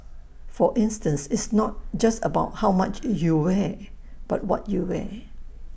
for instance it's not just about how much you wear but what you wear